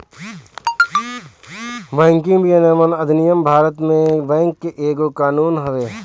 banking विनियमन अधिनियम भारत में बैंक के एगो कानून हवे